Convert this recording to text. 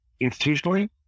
institutionally